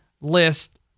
list